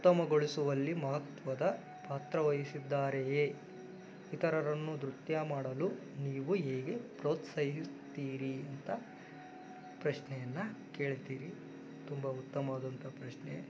ಉತ್ತಮಗೊಳಿಸುವಲ್ಲಿ ಮಹತ್ವದ ಪಾತ್ರವಹಿಸಿದ್ದಾರೆಯೇ ಇತರರನ್ನು ನೃತ್ಯ ಮಾಡಲು ನೀವು ಹೇಗೆ ಪ್ರೋತ್ಸಾಹಿಸ್ತೀರಿ ಅಂತ ಪ್ರಶ್ನೆಯನ್ನು ಕೇಳ್ತೀರಿ ತುಂಬ ಉತ್ತಮವಾದಂಥ ಪ್ರಶ್ನೆ